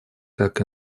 как